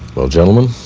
well gentlemen,